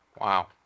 Wow